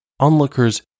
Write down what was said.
Onlookers